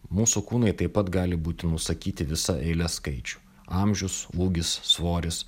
mūsų kūnai taip pat gali būti nusakyti visa eile skaičių amžius lūgis svoris